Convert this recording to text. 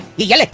your like